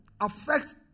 affect